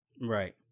Right